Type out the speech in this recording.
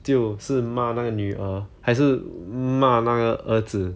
就是骂那个女儿还是骂那个儿子